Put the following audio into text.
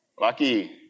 Lucky